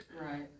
Right